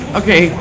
okay